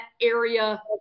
area